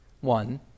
one